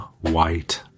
white